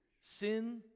Sin